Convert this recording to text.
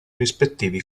rispettivi